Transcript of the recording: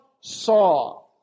saw